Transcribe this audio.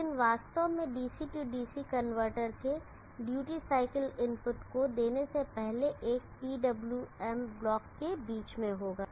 लेकिन वास्तव में DC DC कनवर्टर के ड्यूटी साइकिल इनपुट को देने से पहले एक PWM ब्लॉक के बीच में होगा